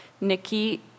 Nikki